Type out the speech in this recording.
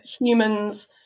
humans